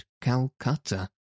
Calcutta